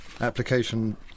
application